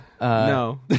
no